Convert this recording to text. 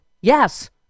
yes